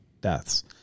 deaths